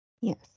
Yes